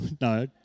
No